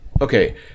Okay